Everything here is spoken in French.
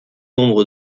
nombre